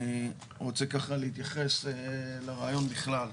אני רוצה ככה להתייחס לרעיון בכלל.